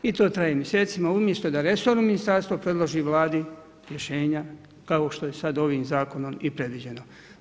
I to traje mjesecima, umjesto da resorno ministarstvo predloži Vladi rješenja, kao što je sad ovim zakonom i predviđeno.